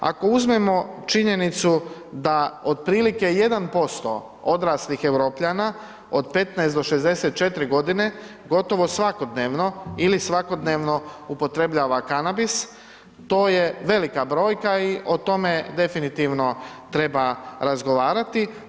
Ako uzmemo činjenicu da otprilike 1% odraslih Europljana od 15 do 64.g. gotovo svakodnevno ili svakodnevno upotrebljava kanabis, to je velika brojka i o tome definitivno treba razgovarati.